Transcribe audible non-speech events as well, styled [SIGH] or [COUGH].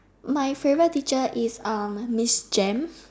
my favourite teacher is um Miss Jem [BREATH]